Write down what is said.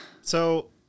So-